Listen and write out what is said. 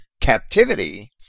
captivity